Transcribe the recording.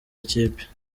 ikipe